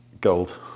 Gold